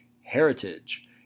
Heritage